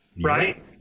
Right